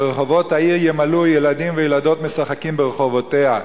ורחֹבות העיר ימלאו ילדים וילדות משחקים ברחֹבֹתיה".